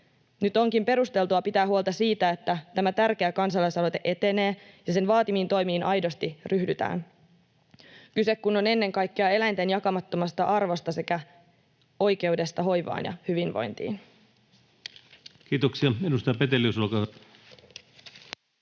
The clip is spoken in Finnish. Nyt onkin perusteltua pitää huolta siitä, että tämä tärkeä kansalaisaloite etenee ja sen vaatimiin toimiin aidosti ryhdytään — kyse kun on ennen kaikkea eläinten jakamattomasta arvosta sekä oikeudesta hoivaan ja hyvinvointiin. [Speech 152] Speaker: